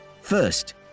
First